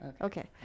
Okay